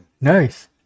nice